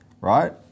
right